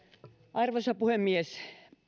arvoisa puhemies